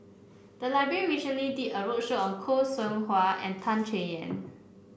the library recently did a roadshow on Khoo Seow Hwa and Tan Chay Yan